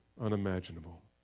unimaginable